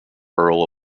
earl